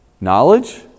Knowledge